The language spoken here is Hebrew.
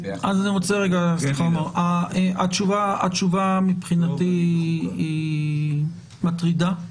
מבחינתי, התשובה היא מטרידה.